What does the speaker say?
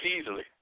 easily